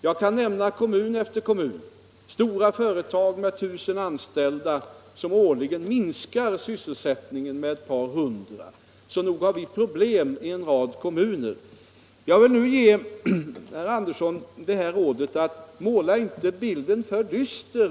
Jag kan nämna kommun efter kommun där stora privata företag årligen minskar sysselsättningen med ett par hundra, så nog har vi problem med en rad kommuner. Jag vill emellertid ge herr Andersson i Ljung rådet att inte måla bilden i Herrljunga för dyster.